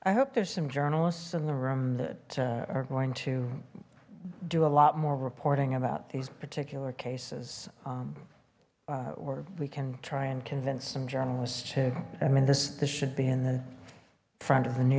i hope there's some journalists in the room that are going to do a lot more reporting about these particular cases or we can try and convince some journalists to i mean this this should be in the front of the new